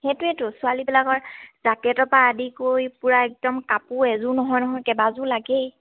সেইটোৱেতো ছোৱালীবিলাকৰ জাকেটৰ পৰা আদি কৰি পূৰা একদম কাপোৰ এযোৰ নহয় নহয় কেইবাযোৰো লাগেই